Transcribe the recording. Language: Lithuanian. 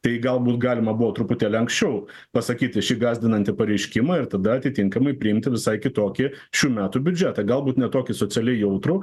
tai gal būt galima buvo truputėlį anksčiau pasakyti šį gąsdinantį pareiškimą ir tada atitinkamai priimti visai kitokį šių metų biudžetą galbūt ne tokį socialiai jautrų